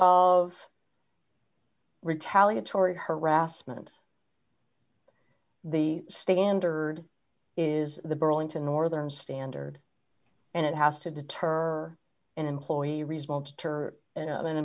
of retaliatory harassment the standard is the burlington northern standard and it has to deter or an employee